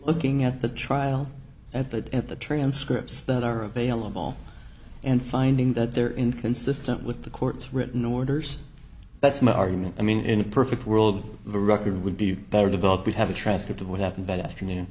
looking at the trial at the at the transcripts that are available and finding that they're inconsistent with the court's written orders that's my argument i mean in a perfect world the record would be better developed would have a transcript of what happened that afternoon